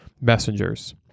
messengers